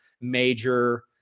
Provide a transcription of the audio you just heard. major